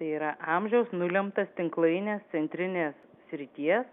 tai yra amžiaus nulemtas tinklainės centrinės srities